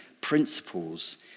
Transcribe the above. principles